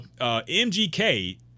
mgk